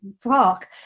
talk